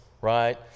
right